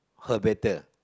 her better